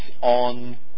on